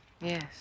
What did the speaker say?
Yes